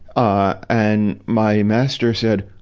ah and my master said,